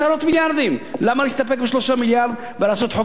למה להסתפק ב-3 מיליארד ולעשות חוק שפוטר אותם ממסים?